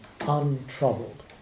Untroubled